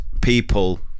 people